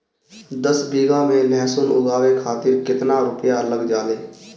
दस बीघा में लहसुन उगावे खातिर केतना रुपया लग जाले?